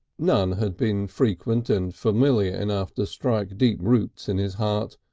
none had been frequent and familiar enough to strike deep roots in his heart,